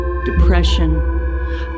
depression